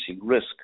risk